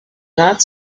not